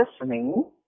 listening